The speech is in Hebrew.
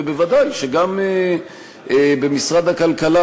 וודאי שגם במשרד הכלכלה,